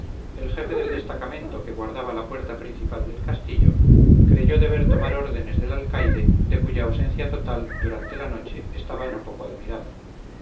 el jefe del destacamento que guardaba la puerta principal del castillo creyó deber tomar órdenes del alcaide de cuya ausencia total durante la noche estaba no poco admirado